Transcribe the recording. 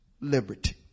liberty